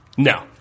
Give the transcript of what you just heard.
No